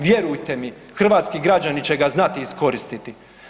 Vjerujte mi hrvatski građani će ga znati iskoristiti.